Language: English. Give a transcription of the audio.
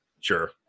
Sure